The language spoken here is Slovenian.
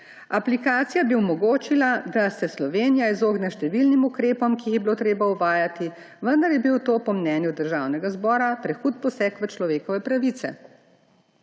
Aplikacija bi omogočila, da se Slovenija izogne številnim ukrepom, ki jih je bilo treba uvajati, vendar je bil to po mnenju Državnega zbora prehud poseg v človekove pravice.